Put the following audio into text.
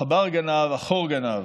החור גנב,